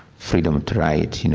freedom to write. you know